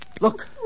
Look